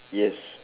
yes